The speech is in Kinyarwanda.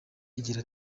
igira